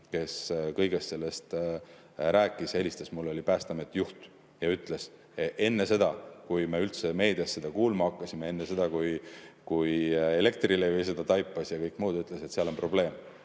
kes kõigest sellest rääkis ja helistas mulle, oli Päästeameti juht, kes ütles – enne seda, kui me üldse meedias seda kuulma hakkasime, enne seda, kui Elektrilevi seda taipas ja kõike muud ütles –, et seal on probleem.